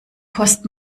kost